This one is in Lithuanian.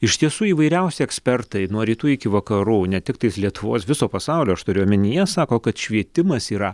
iš tiesų įvairiausi ekspertai nuo rytų iki vakarų ne tiktais lietuvos viso pasaulio aš turiu omenyje sako kad švietimas yra